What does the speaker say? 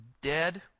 dead